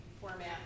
format